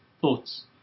thoughts